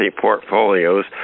portfolios